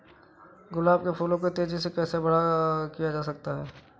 गुलाब के फूलों को तेजी से कैसे बड़ा किया जा सकता है?